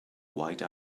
white